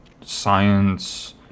science